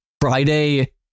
Friday